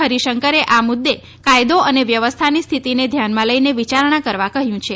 હરીશંકરે આ મુદ્દે કાયદો અને વ્યવસ્થાની સ્થિતિની ધ્યાનમાં લઇને વિચારણા કરવા કહ્ય છે